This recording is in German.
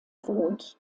wohnt